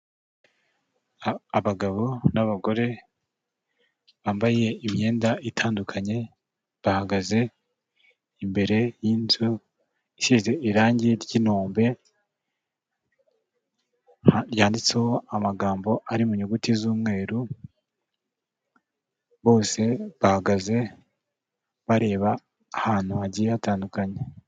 Umubyeyi uteze igitambaro wambaye ikanzu irimo amabara y'icyatsi n'umweru ateruye umwana utambaye hejuru umuganga arimo kumusuzuma.